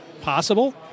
possible